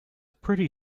pretty